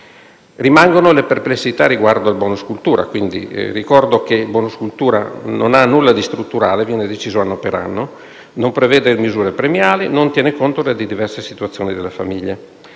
Rimangono le perplessità riguardo al *bonus* cultura. Ricordo che tale *bonus* non ha nulla di strutturale, ma viene deciso anno per anno; non prevede misure premiali e non tiene conto delle diverse situazioni delle famiglie.